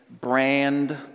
brand